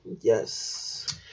Yes